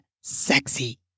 sexy